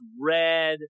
red